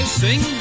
sing